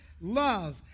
love